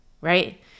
right